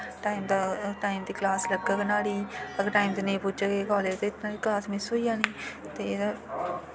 time दी class लग्गी न्हाड़ी अगर टाइम दा नेईं पुजग एह् कालज ते न्हाड़ी क्लास मिस होई जानी ते एह्दा